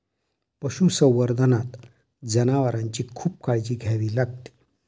पशुसंवर्धनात जनावरांची खूप काळजी घ्यावी लागते